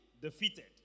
defeated